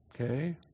Okay